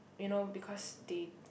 you know because they